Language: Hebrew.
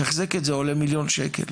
לתחזק את זה עולה מיליון שקל.